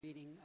Reading